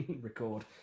record